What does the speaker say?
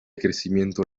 crecimiento